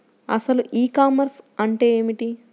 అసలు e commerce అంటే ఏమిటి?